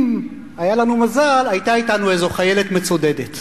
אם היה לנו מזל היתה אתנו איזו חיילת מצודדת.